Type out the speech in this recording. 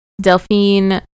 delphine